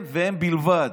הם והם בלבד.